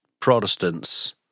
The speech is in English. Protestants